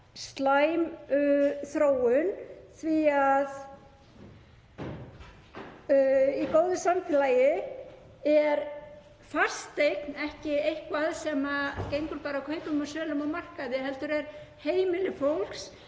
slæm þróun því að í góðu samfélagi er fasteign ekki eitthvað sem gengur bara kaupum og sölum á markaði heldur er hún heimili fólks